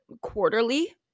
Quarterly